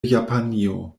japanio